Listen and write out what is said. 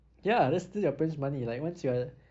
ya that's still their parents money like once you're